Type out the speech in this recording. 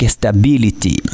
stability